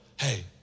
hey